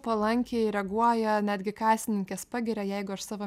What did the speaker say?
palankiai reaguoja netgi kasininkės pagiria jeigu aš savo